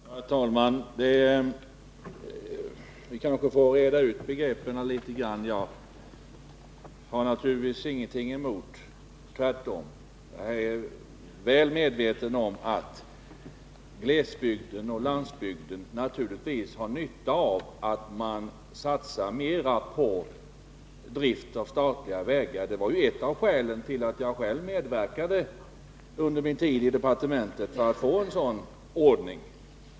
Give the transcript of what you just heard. Herr talman! Vi får kanske reda ut begreppen litet grand. Jag är väl medveten om att glesbygden och landsbygden naturligtvis har nytta av att man satsar mera på drift av statliga vägar. Det var ju ett av skälen till att jag själv under min tid i departementet medverkade för att få en sådan ordning.